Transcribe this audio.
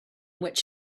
which